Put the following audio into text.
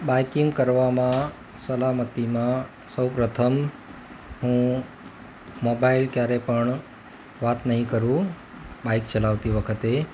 biking કરવામાં સલામતીમાં સૌ પ્રથમ હું મોબાઈલ ક્યારેય પણ વાત નહીં કરું બાઈક ચલાવતી વખતે